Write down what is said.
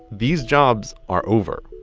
these jobs are over.